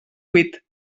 huit